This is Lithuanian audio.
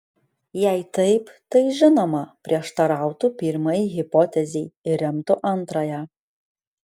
jei taip tai žinoma prieštarautų pirmajai hipotezei ir remtų antrąją